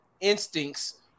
instincts